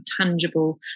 tangible